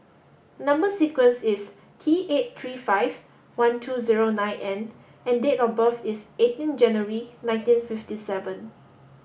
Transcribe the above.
number sequence is T eight three five one two zero nine N and date of birth is eighteen January nineteen fifty seven